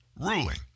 ruling